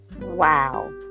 Wow